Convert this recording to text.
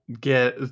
get